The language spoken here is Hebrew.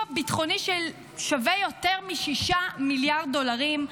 ביטחוני ששווה יותר מ-6 מיליארד דולרים,